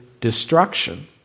destruction